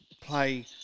play